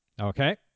Okay